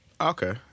Okay